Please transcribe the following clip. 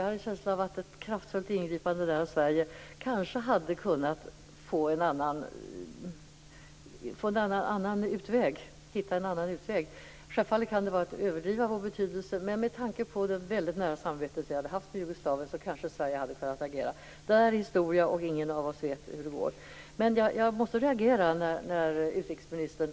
Jag hade en känsla av att ett kraftfullt ingripande av Sverige där kanske hade kunnat leda till att man hade hittat en annan utväg. Självfallet kan det vara att överdriva vår betydelse, men med tanke på det väldigt nära samarbete vi hade haft med Jugoslavien kanske Sverige hade kunna agera. Det där är historia. Ingen av oss vet hur det kunde ha gått. Men jag måste reagera när utrikesministern